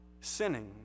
sinning